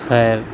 خیر